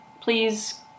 please